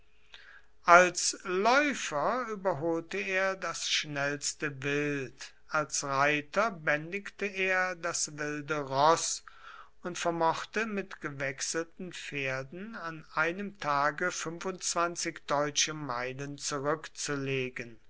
als läufer überholte er das schnellste wild als reiter bändigte er das wilde roß und vermochte mit gewechselten pferden an einem tage deutsche meilen zurückzulegen